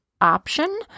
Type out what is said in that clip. option